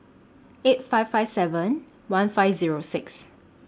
eight five five seven one five Zero six